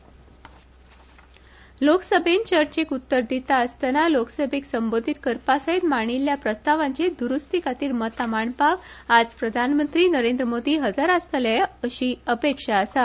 L S motion लोकसभेत चर्चेक उत्तर दिता आसतना लोकसभेक संबोधित करपासयत मांडिल्ल्या प्रस्तावांच्या द्रुस्तीखातीर मतां मांडपाक आयज प्रधानमंत्री नरेंद्र मोदी हजर आसतले अशी अपेक्षा आसा